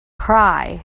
cry